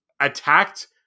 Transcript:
attacked